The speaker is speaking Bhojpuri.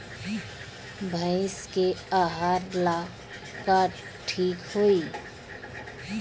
भइस के आहार ला का ठिक होई?